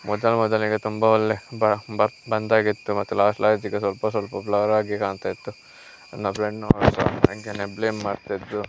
ಮೊದಲು ಮೊದಲಿಗೆ ತುಂಬ ಒಳ್ಳೆ ಬಂದಾಗಿತ್ತು ಮತ್ತು ಲಾಸ್ಟ್ ಲಾಸ್ಟಿಗೆ ಸ್ವಲ್ಪ ಸ್ವಲ್ಪ ಬ್ಲರ್ ಆಗಿ ಕಾಣ್ತಯಿತ್ತು ನನ್ನ ಫ್ರೆಂಡಿನವರು ಸಹ ನನಗೇನೆ ಬ್ಲೇಮ್ ಮಾಡ್ತಿದ್ದರು